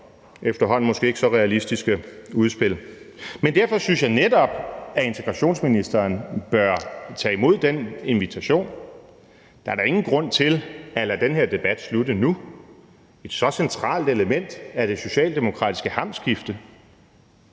efterhånden måske ikke så realistiske udspil. Men derfor synes jeg netop, at udlændinge- og integrationsministeren bør tage imod den invitation. Der er da ikke nogen grund til at lade den her debat slutte nu, når det er et så centralt element i det socialdemokratiske hamskifte.